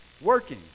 working